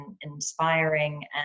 inspiring